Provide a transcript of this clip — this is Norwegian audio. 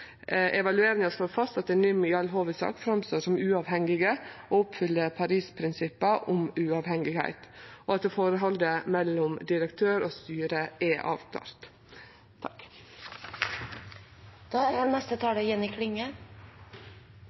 Evalueringa slår fast at NIM i all hovudsak framstår som uavhengige og oppfyller Paris-prinsippa om uavhengigheit, og at forholdet mellom direktør og styre er